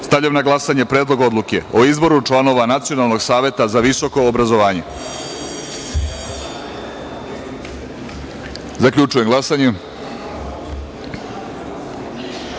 na glasanje Predlog odluke o izboru članova Nacionalnog saveta za visoko obrazovanje. Zaključujem glasanje: